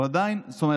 זאת אומרת,